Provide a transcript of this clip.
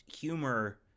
humor